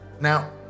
Now